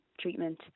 treatment